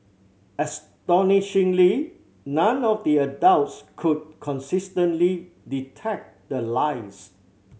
astonishingly none of the adults could consistently detect the lies